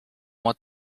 what